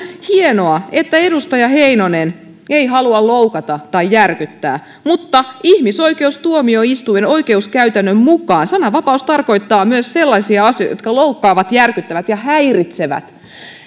hienoa että edustaja heinonen ei halua loukata tai järkyttää mutta ihmisoikeustuomioistuimen oikeuskäytännön mukaan sananvapaus tarkoittaa myös sellaisia asioita jotka loukkaavat järkyttävät ja häiritsevät